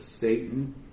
Satan